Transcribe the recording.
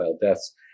deaths